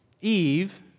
Eve